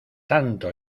tanto